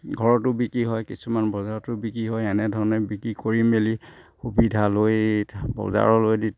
ঘৰতো বিক্ৰী হয় কিছুমান বজাৰতো বিক্ৰী হয় এনেধৰণে বিক্ৰী কৰি মেলি সুবিধা লৈ বজাৰলৈ দি